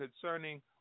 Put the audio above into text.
concerning